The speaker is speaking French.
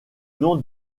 nom